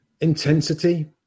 intensity